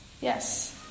Yes